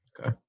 Okay